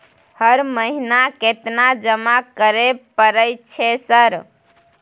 हर महीना केतना जमा करे परय छै सर?